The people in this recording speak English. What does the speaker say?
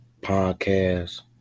podcast